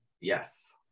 Yes